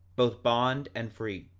both bond and free,